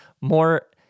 more